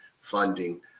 funding